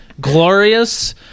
Glorious